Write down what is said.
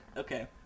Okay